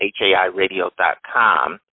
hairadio.com